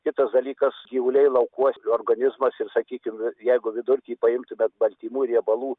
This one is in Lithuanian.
kitas dalykas gyvuliai laukuos organizmas ir sakykim jeigu vidurkį paimti tarp baltymų ir riebalų